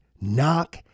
Knock